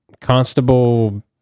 Constable